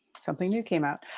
something new came out.